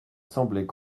semblait